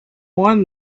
won